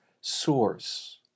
source